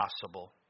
possible